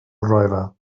driver